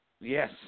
Yes